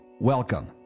Welcome